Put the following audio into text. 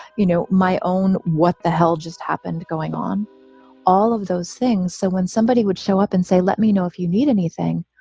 you know, my own. what the hell just happened? going on all of those things so when somebody would show up and say, let me know if you need anything.